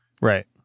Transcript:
Right